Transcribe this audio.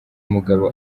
mugabo